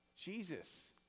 Jesus